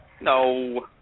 No